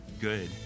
good